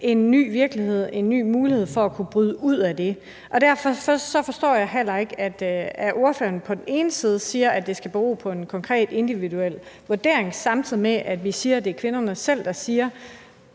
en ny virkelighed, en ny mulighed for at kunne bryde ud af det, og derfor forstår jeg heller ikke, at ordføreren på den ene side siger, at det skal bero på en konkret individuel vurdering, og samtidig på den anden side siger, at det er kvinderne selv, der siger: